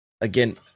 Again